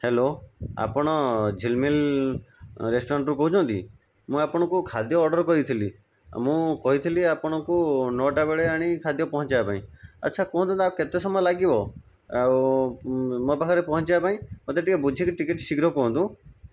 hello ଆପଣ ଝିଲମିଲ ରେଷ୍ଟୁରାଣ୍ଟରୁ କହୁଛନ୍ତି ମୁଁ ଆପଣଙ୍କୁ ଖାଦ୍ୟ ଅର୍ଡ଼ର କରିଥିଲି ମୁଁ କହିଥିଲି ଆପଣଙ୍କୁ ନଅଟା ବେଳେ ଆଣି ଖାଦ୍ୟ ପହଞ୍ଚାଇବା ପାଇଁ ଆଛା କୁହନ୍ତୁ ଆଉ କେତେ ସମୟ ଲାଗିବ ଆଉ ମୋ ପାଖରେ ପହଞ୍ଚିବା ପାଇଁ ମୋତେ ଟିକେ ବୁଝିକି ଟିକେ ଶୀଘ୍ର କୁହନ୍ତୁ